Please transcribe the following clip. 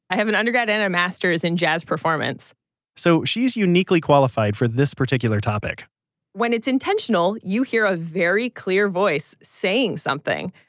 i have an undergrad and a master's in jazz performance so, she's uniquely qualified for this particular topic when it's intentional, you hear a very clear voice saying something.